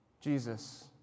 Jesus